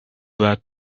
that